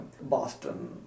Boston